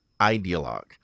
ideologue